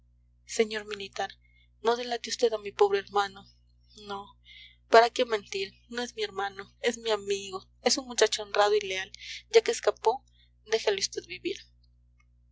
señor militar no delate vd a mi pobre hermano no para qué mentir no es mi hermano es mi amigo es un muchacho honrado y leal ya que escapó déjele vd vivir